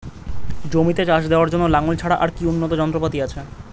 জমিতে চাষ দেওয়ার জন্য লাঙ্গল ছাড়া আর কি উন্নত যন্ত্রপাতি আছে?